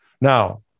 Now